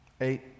eight